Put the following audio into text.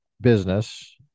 business